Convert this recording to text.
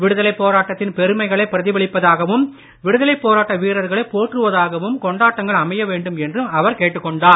விடுதலைப் போராட்டத்தின் பெருமைகளை பிரதிபலிப்பதாகவும் விடுதலைப் போராட்ட வீரர்களைப் போற்றுவதாகவும் கொண்டாட்டங்கள் அமைய வேண்டும் என்றும் அவர் கேட்டுக் கொண்டார்